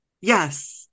yes